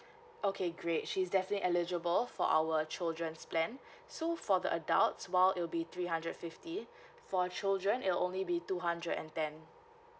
okay great she's definitely eligible for our children's plan so for the adults while it'll be three hundred fifty for children it'll only be two hundred and ten